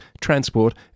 transport